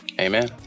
Amen